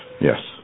yes